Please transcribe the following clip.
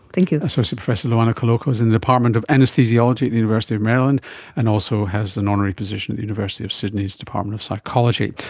thank you. associate professor luana colloca is in the department of anaesthesiology at the university of maryland and also has an honorary position at the university of sydney's department of psychology.